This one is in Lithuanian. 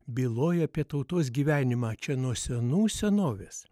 byloja apie tautos gyvenimą čia nuo senų senovės